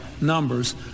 numbers